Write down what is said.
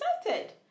excited